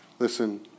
Listen